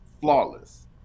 flawless